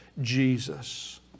Jesus